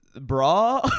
bra